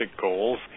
goals